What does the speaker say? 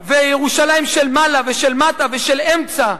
וירושלים של מעלה ושל מטה ושל אמצע.